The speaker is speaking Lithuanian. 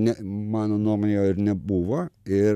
ne mano nuomone jo ir nebuvo ir